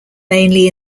mainly